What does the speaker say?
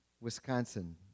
Wisconsin